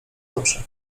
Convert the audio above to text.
dobrze